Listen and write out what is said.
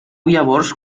llavors